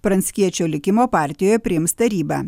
pranckiečio likimo partijoj priims taryba